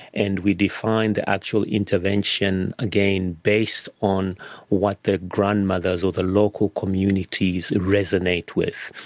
and we define the actual intervention again based on what the grandmothers or the local communities resonate with.